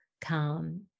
calm